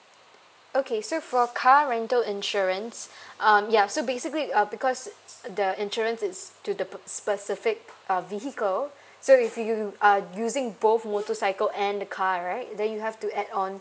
okay so for car rental insurance um ya so basically uh because the insurance is to the pe~ specific uh vehicle so if you are using both motorcycle and the car right then you have to add on